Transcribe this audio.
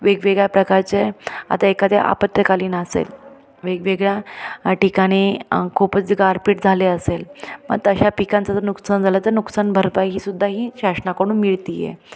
वेगवेगळ्या प्रकारचे आता एखाद्या आपत्कालीन असेल वेगवेगळ्या ठिकाणी खूपच गारपीट झाले असेल मग तशात पिकांचं जर नुकसान झालं तर नुकसान भरपाई सुद्धा ही शासनाकडून मिळत आहे